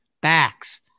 backs